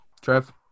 Trev